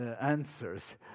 answers